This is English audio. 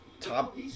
top